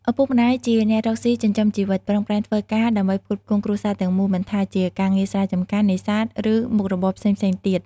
ឪពុកម្ដាយជាអ្នករកស៊ីចិញ្ចឹមជីវិត ប្រឹងប្រែងធ្វើការដើម្បីផ្គត់ផ្គង់គ្រួសារទាំងមូល មិនថាជាការងារស្រែចម្ការ នេសាទ ឬមុខរបរផ្សេងៗទៀត។